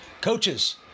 coaches